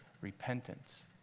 repentance